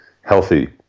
healthy